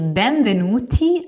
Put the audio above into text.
benvenuti